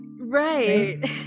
right